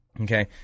Okay